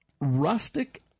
rustic